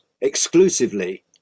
exclusively